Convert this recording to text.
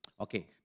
okay